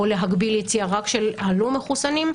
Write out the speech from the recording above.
או להגביל יציאה רק של הלא מחוסנים.